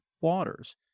waters